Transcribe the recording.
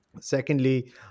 Secondly